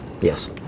Yes